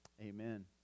amen